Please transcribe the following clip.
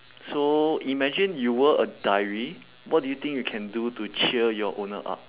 so imagine you were a diary what do you think you can do to cheer your owner up